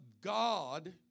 God